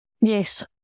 Yes